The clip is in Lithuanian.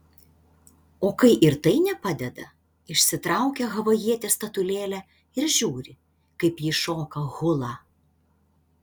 o kai ir tai nepadeda išsitraukia havajietės statulėlę ir žiūri kaip ji šoka hulą